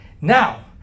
Now